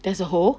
there's a hole